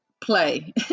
play